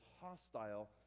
hostile